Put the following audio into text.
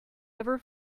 ever